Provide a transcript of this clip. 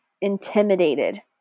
intimidated